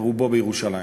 ורובו בירושלים.